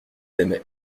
aimaient